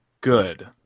good